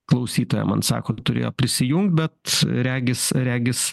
klausytoja man sako turėjo prisijungt bet regis regis